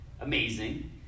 amazing